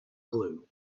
glue